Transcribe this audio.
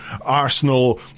Arsenal